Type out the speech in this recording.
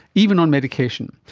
even on medication.